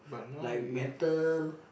like metal